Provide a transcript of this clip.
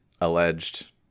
alleged